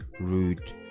rude